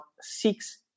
six